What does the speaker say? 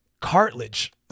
cartilage